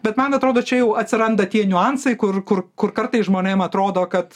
bet man atrodo čia jau atsiranda tie niuansai kur kur kur kartais žmonėm atrodo kad